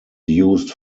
used